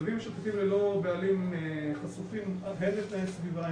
כלבים משוטטים ללא בעלים חשופים הן לתנאי סביבה,